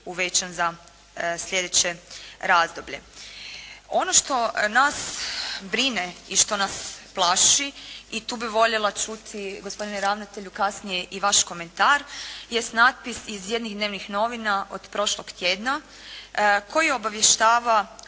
uvećan za sljedeće razdoblje. Ono što nas brine i što nas plaši i tu bih voljela čuti gospodine ravnatelju kasnije i vaš komentar, jest natpis iz jednih dnevnih novina od prošlog tjedna koji obavještava